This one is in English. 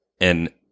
And-